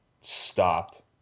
stopped